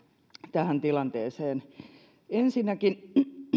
tähän tilanteeseen ensinnäkin